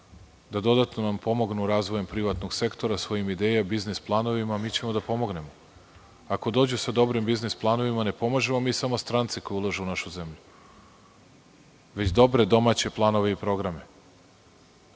da dodatno vam pomognu razvojem privatnog sektora svojim idejama, biznis planovima, mi ćemo da pomognemo. Ako dođe sa dobrim biznis planova, ne pomažemo mi samo strance koji ulažu u našu zemlju, već dobre domaće planove i programe. Molim